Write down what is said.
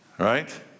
Right